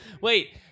Wait